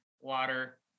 water